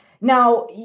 Now